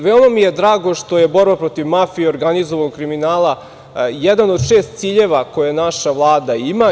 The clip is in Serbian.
Veoma mi je drago što borba protiv mafije i organizovanog kriminala jedan od šest ciljeva koje naša vlada ima.